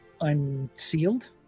unsealed